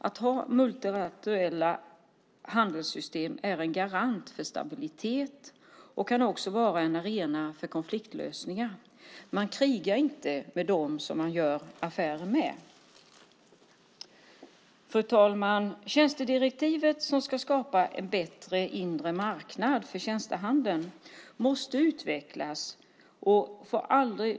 Att ha multilaterala handelssystem är en garant för stabilitet och kan också vara en arena för konfliktlösningar. Man krigar inte med dem som man gör affärer med. Fru talman! Tjänstedirektivet som ska skapa en bättre inre marknad för tjänstehandeln måste utvecklas.